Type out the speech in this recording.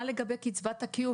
מה לגבי קצבת הקיום,